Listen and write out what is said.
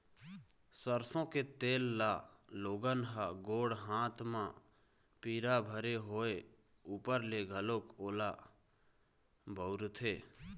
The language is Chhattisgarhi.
सरसो के तेल ल लोगन ह गोड़ हाथ म पीरा भरे होय ऊपर ले घलोक ओला बउरथे